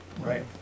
Right